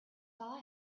saw